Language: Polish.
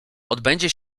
odbędzie